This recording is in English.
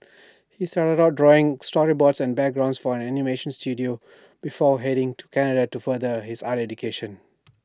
he started out drawing storyboards and backgrounds for an animation Studio before heading to Canada to further his art education